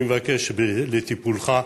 אני מבקש את טיפולך.